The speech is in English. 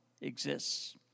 exists